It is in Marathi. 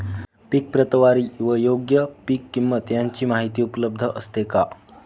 पीक प्रतवारी व योग्य पीक किंमत यांची माहिती उपलब्ध असते का?